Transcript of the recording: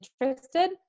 interested